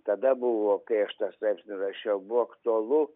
tada buvo kai aš tą straipsnį rašiau buvo aktualu